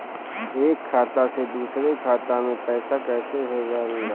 एक खाता से दुसरे खाता मे पैसा कैसे भेजल जाला?